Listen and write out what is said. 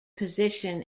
position